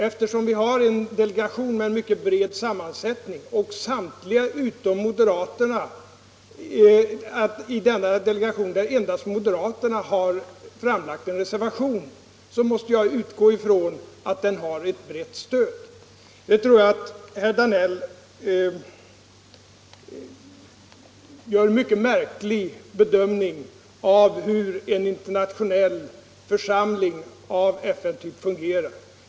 Eftersom vi har en delegation med en mycket bred sammansättning och endast moderaterna i denna delegation har framlagt en reservation måste jag utgå från att filmen har ett brett stöd Sedan tror jag att herr Danell gör en mycket märklig bedömning av hur en internationell församling av FN-typ fungerar.